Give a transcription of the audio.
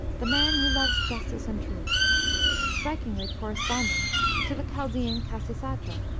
the man who loves justice and truth strikingly corresponding to the chaldean khasisatra.